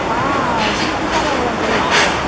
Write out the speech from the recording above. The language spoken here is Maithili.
हँ ब्यूटी पार्लरवला बोलय छियै